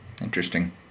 interesting